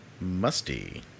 Musty